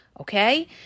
Okay